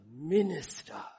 minister